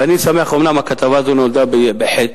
ואני שמח, אומנם הכתבה הזו נולדה בחטא,